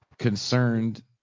concerned